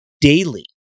daily